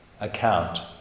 account